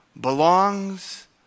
belongs